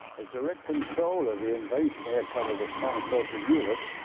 as direct control of the invasion air cover was transferred to europe,